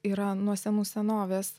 yra nuo senų senovės